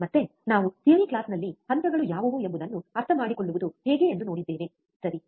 ಮತ್ತೆ ನಾವು ಥಿಯರಿ ಕ್ಲಾಸ್ನಲ್ಲಿ ಹಂತಗಳು ಯಾವುವು ಎಂಬುದನ್ನು ಅರ್ಥಮಾಡಿಕೊಳ್ಳುವುದು ಹೇಗೆ ಎಂದು ನೋಡಿದ್ದೇವೆ ಸರಿ